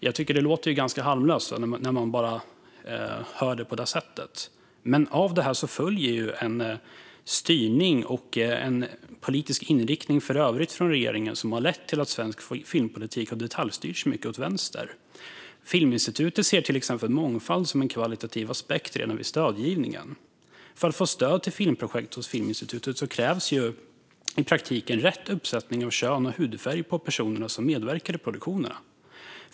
Jag tycker att det låter ganska harmlöst när man bara hör det på det sättet. Men av detta följer ju en styrning och en politisk inriktning i övrigt från regeringens sida som har lett till att svensk filmpolitik har detaljstyrts mycket åt vänster. Till exempel ser Filminstitutet mångfald som en kvalitativ aspekt redan vid stödgivningen. För att få stöd till filmprojekt från Filminstitutet krävs i praktiken "rätt" uppsättning kön och hudfärg på personerna som medverkar i produktionen.